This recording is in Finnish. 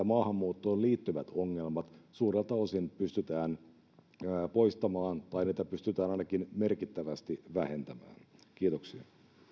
maahanmuuttoon liittyvät ongelmat suurelta osin pystytään poistamaan tai niitä pystytään ainakin merkittävästi vähentämään kiitoksia